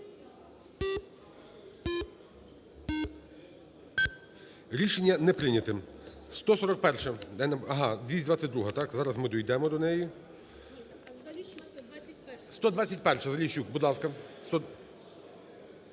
Рішення не прийняте.